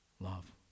love